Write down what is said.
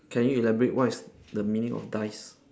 can you elaborate what is the meaning of dies